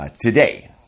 today